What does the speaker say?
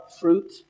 fruit